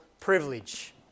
privilege